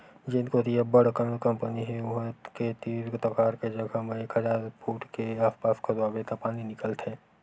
जेन कोती अब्बड़ अकन कंपनी हे उहां के तीर तखार के जघा म एक हजार फूट के आसपास खोदवाबे त पानी निकलथे